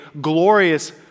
glorious